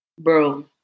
Bro